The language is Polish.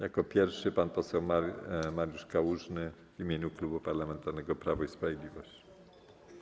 Jako pierwszy pan poseł Mariusz Kałużny w imieniu Klubu Parlamentarnego Prawo i Sprawiedliwość.